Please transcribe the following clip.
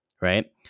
right